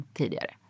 tidigare